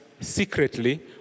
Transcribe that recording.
secretly